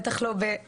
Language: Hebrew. בטח לא בוועדה,